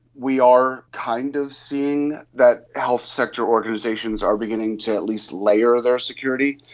we are kind of seeing that health sector organisations are beginning to at least layer their security,